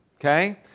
Okay